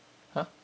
!huh!